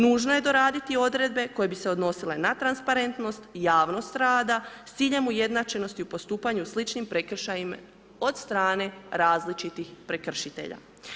Nužno je doraditi odredbe koje bi se odnosile na transparentnost i javnost rada s ciljem ujednačenosti u postupanju u sličnim prekršajima od strane različitih prekršitelja.